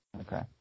Okay